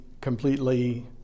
completely